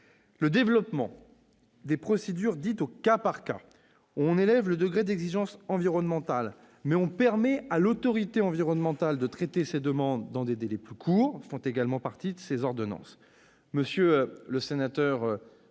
Le développement de procédures dites au « cas par cas », ensuite, dans lesquelles on élève le degré d'exigence environnementale, mais en permettant à l'autorité environnementale de traiter ces demandes dans des délais plus courts, fait également partie de ces ordonnances.